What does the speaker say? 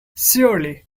surely